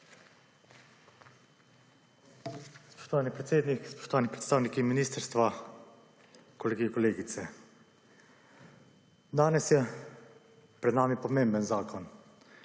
Spoštovani predsednik, spoštovani predstavniki ministrstva, kolegi in kolegice. Danes je pred nami pomemben zakon,